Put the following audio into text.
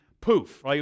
poof